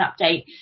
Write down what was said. update